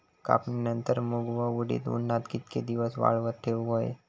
कापणीनंतर मूग व उडीद उन्हात कितके दिवस वाळवत ठेवूक व्हये?